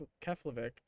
Keflavik